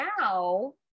now